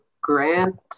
Grant